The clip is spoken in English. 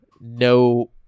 no